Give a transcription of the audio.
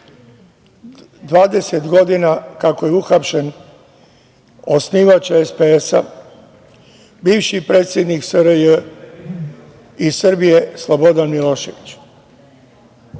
20 godina kako je uhapšen osnivač SPS, bivši predsednik SRJ i Srbije, Slobodan Milošević.